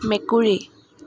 মেকুৰী